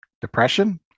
Depression